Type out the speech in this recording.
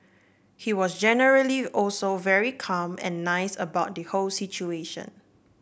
he was generally also very calm and nice about the whole situation